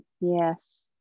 Yes